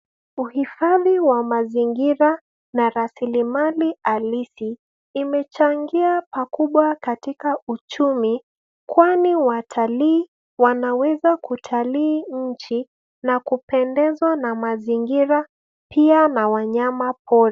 Uhifadhi wa mazingira na rasilimali halisi imechangia pakubwa katika uchumi kwani watalii wanaweza kutalii nchi na kupendezwa na mazingira pia na wanyamapori.